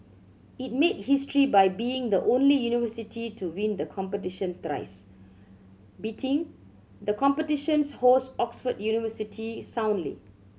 it made history by being the only university to win the competition thrice beating the competition's host Oxford University soundly